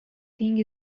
thing